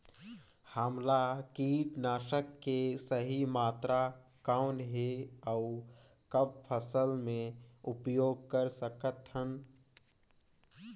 हमला कीटनाशक के सही मात्रा कौन हे अउ कब फसल मे उपयोग कर सकत हन?